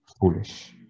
foolish